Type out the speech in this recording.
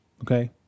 Okay